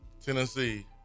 Tennessee